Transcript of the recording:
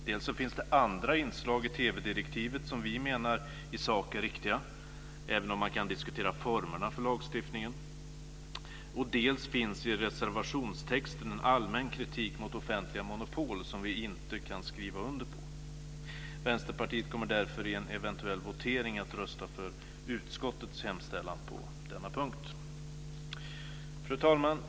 Dels finns det andra inslag i TV-direktivet som vi menar i sak är riktiga, även om man kan diskutera formerna för lagstiftningen, dels finns i reservationstexten en allmän kritik mot offentliga monopol som vi inte kan skriva under på. Vänsterpartiet kommer därför i en eventuell votering att rösta för utskottets förslag på denna punkt. Fru talman!